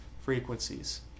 frequencies